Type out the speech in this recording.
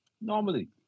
Normally